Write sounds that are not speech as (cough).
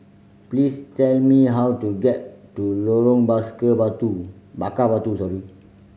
please tell me how to get to Lorong (unintelligible) Batu Bakar Batu (unintelligible)